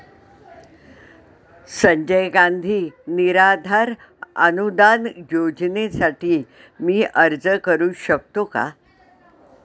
संजय गांधी निराधार अनुदान योजनेसाठी मी अर्ज करू शकतो का?